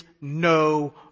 no